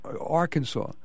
Arkansas